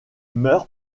meurt